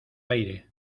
aire